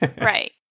Right